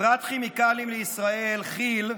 חברת כימיקלים לישראל, כי"ל,